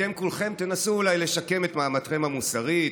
אתם כולכם תנסו אולי לשקם את מעמדכם המוסרי,